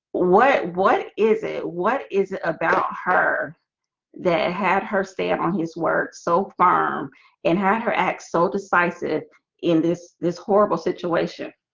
what what is it what is it about her that had her stand on his words so far um and had her act. so decisive in this this horrible situation